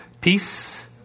Peace